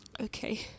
Okay